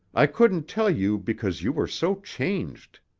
i couldn't tell you because you were so changed.